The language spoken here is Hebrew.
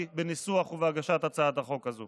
זה התפקיד שלו.